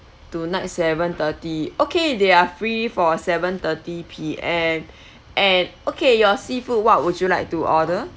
tonight seven thirty okay they are free for seven thirty P_M and okay your seafood what would you like to order